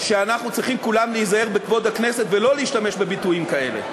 שאנחנו צריכים כולנו להיזהר בכבוד הכנסת ולא להשתמש בביטויים כאלה.